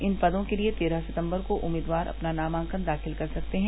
इन पदों के लिए तेरह सितम्बर को उम्मीदवार अपना नामांकन दाखिल कर सकते है